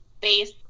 base